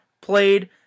played